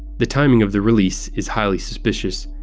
the timing of the release is highly suspicious.